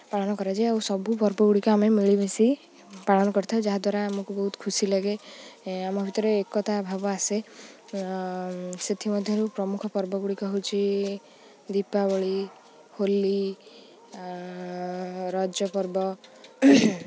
ପାଳନ କରାଯାଏ ଆଉ ସବୁ ପର୍ବଗୁଡ଼ିକ ଆମେ ମିଳିମିଶି ପାଳନ କରିଥାଉ ଯାହା ଦ୍ୱାରା ଆମକୁ ବହୁତ ଖୁସି ଲାଗେ ଆମ ଭିତରେ ଏକତା ଭାବ ଆସେ ସେଥିମଧ୍ୟରୁ ପ୍ରମୁଖ ପର୍ବଗୁଡ଼ିକ ହେଉଛି ଦୀପାବଳି ହୋଲି ରଜ ପର୍ବ